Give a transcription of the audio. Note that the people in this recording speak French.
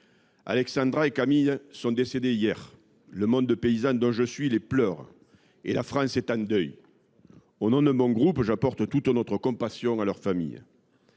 Alexandra et Camille sont décédées hier. Le monde paysan, dont je suis, les pleure, et la France est en deuil. Au nom des membres de mon groupe, j’exprime toute notre compassion à leur famille.